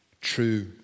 true